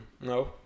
No